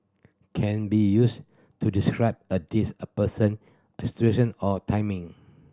can be used to describe a dish a person a situation or timing